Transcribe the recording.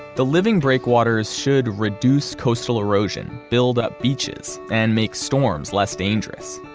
the living breakwaters should reduce coastal erosion, build up beaches, and make storms less dangerous.